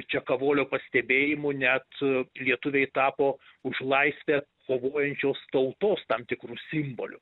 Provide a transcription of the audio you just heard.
čia kavolio pastebėjimu net lietuviai tapo už laisvę kovojančios tautos tam tikru simboliu